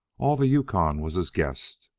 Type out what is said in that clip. all the yukon was his guest,